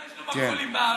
אולי יש לו מרכולים בארץ?